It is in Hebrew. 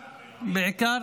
בעיקר,